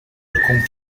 alcun